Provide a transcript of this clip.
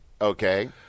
okay